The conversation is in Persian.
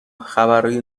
خبرهای